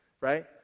right